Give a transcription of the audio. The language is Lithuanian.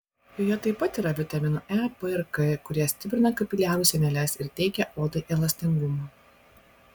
joje taip pat yra vitaminų e p ir k kurie stiprina kapiliarų sieneles ir teikia odai elastingumo